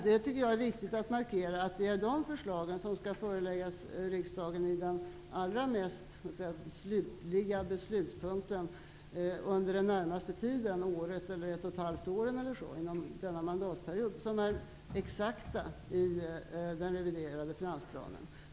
Jag tycker att det är viktigt att markera att det är de förslag som skall föreläggas riksdagen i den allra mest slutliga beslutspunkten under den närmaste tiden, inom 1--1 1/2 år eller inom denna mandatperiod, som är exakta i den reviderade finansplanen.